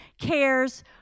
cares